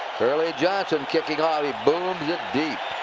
curley johnson kicking off. he booms it deep.